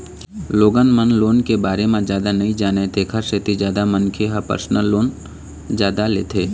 लोगन मन लोन के बारे म जादा नइ जानय तेखर सेती जादा मनखे ह परसनल लोन जादा लेथे